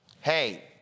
Hey